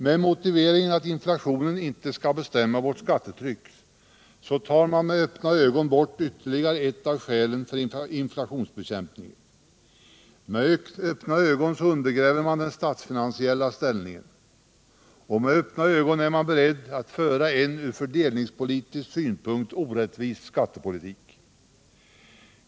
Med motiveringen att inflationen inte skall bestämma vårt skattetryck tar man med öppna ögon bort ytterligare ett av skälen för inflationsbekämpningen, med öppna ögon undergräver man den statsfinansiella ställningen och med öppna ögon är man beredd att föra en från fördelningspolitisk synpunkt orättvis skattepolitik.